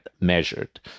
measured